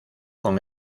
con